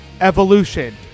Evolution